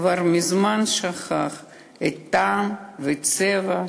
כבר מזמן שכח את הטעם והצבע.